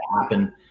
happen